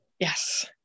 Yes